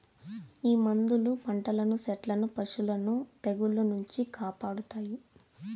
ఈ మందులు పంటలను సెట్లను పశులను తెగుళ్ల నుంచి కాపాడతాయి